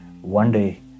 one-day